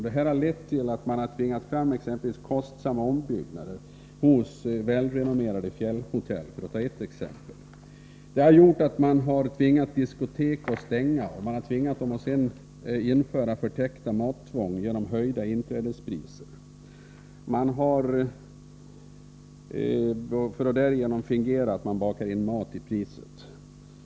Detta har lett till att man har tvingat fram exempelvis kostsamma ombyggnader av välrenommerade fjällhotell, för att ta ett exempel. Detta har gjort att man tvingat diskotek att stänga, och man har tvingat dem att införa förtäckta mattvång genom höjda inträdespriser. Man har därigenom fingerat att man bakar in mat i priset.